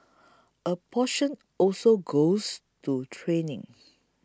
a portion also goes to training